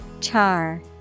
Char